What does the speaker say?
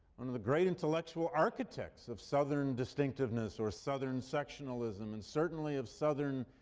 one of the great intellectual architects of southern distinctiveness or southern sectionalism, and certainly of southern